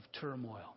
turmoil